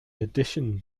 addition